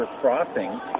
crossing